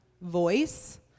voice